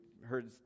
heard